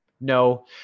No